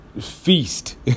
feast